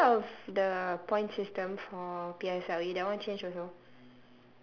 have you heard of the point system for P_S_L_E that one change also